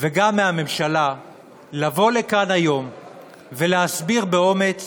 וגם מהממשלה לבוא לכאן היום ולהסביר באומץ